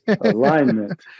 Alignment